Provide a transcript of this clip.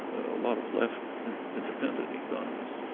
a lot of left and independent economists,